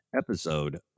episode